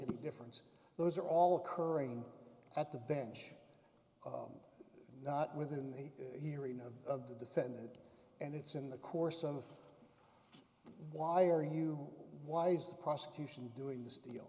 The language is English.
any difference those are all occurring at the bench not within the hearing of the defended and it's in the course of why are you why is the prosecution doing this deal